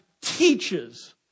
teaches